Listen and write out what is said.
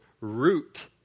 root